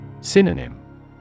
Synonym